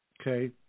Okay